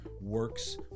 works